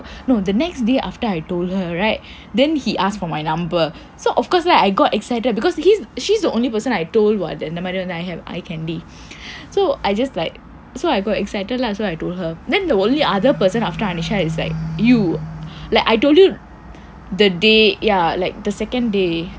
no the next day after I told her right then he asked for my number so of course right I got excited because he's she's the only person I told [what] that I have eye candy so I just like so I got excited lah so I told her then the only other person after anisha is like you like I told you the day ya like the second day